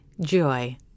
joy